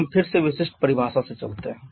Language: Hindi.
अब हम फिर से विशिष्ट परिभाषा से चलते हैं